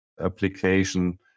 application